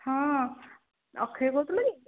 ହଁ ଅକ୍ଷୟ କହୁଥିଲ କି